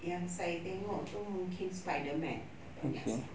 yang saya tengok itu mungkin spiderman tak banyak sangat